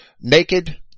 Naked